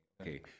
Okay